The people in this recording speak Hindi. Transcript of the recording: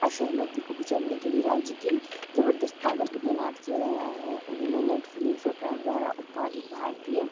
असहेमति को कुचलने के लिए राज्य की ज़बरदस्त ताक़त को तैनात किया गया है उन्होंने नेटफ़्लिक्स और प्राइम द्वारा उत्पादित भारतीय